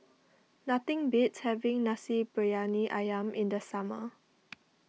nothing beats having Nasi Briyani Ayam in the summer